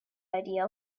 idea